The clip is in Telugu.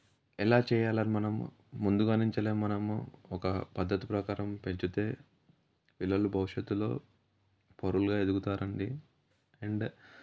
ఎలా చేయాలని మనం ముందుగా నుంచే మనము ఒక పద్ధతి ప్రకారం పెంచితే పిల్లలు భవిష్యత్తులో పౌరులుగా ఎదుగుతారు అండి అండ్